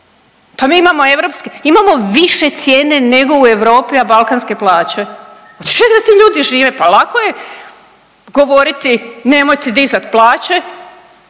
imamo više cijene nego u Europi a balkanske plaće. Od čeg da ti ljudi žive? Pa lako je govoriti nemojte dizati plaće